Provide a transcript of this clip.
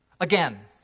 again